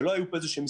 לא היו פה משחקים,